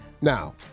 Now